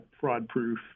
fraud-proof